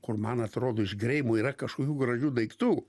kur man atrodo iš greimo yra kažkokių gražių daiktų